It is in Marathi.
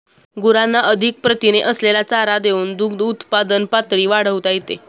गुरांना अधिक प्रथिने असलेला चारा देऊन दुग्धउत्पादन पातळी वाढवता येते